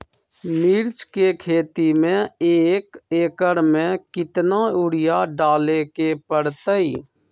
मिर्च के खेती में एक एकर में कितना यूरिया डाले के परतई?